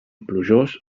plujós